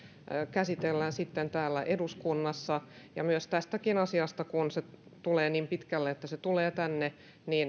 käsitellään sitten täällä eduskunnassa myös tästä asiasta kun se tulee niin pitkälle että se tulee tänne